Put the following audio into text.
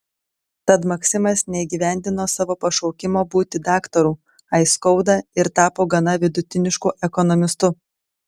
tad maksimas neįgyvendino savo pašaukimo būti daktaru aiskauda ir tapo gana vidutinišku ekonomistu